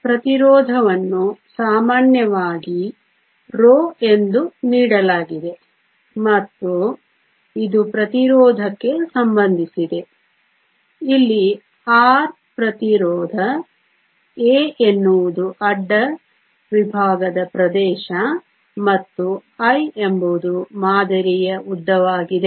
ಪ್ರತಿರೋಧವನ್ನು ಸಾಮಾನ್ಯವಾಗಿ ρ ಎಂದು ನೀಡಲಾಗಿದೆ ಮತ್ತು ಇದು ಪ್ರತಿರೋಧಕ್ಕೆ ಸಂಬಂಧಿಸಿದೆ ಇಲ್ಲಿ R ಪ್ರತಿರೋಧ A ಎನ್ನುವುದು ಅಡ್ಡ ವಿಭಾಗದ ಪ್ರದೇಶ ಮತ್ತು l ಎಂಬುದು ಮಾದರಿಯ ಉದ್ದವಾಗಿದೆ